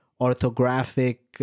orthographic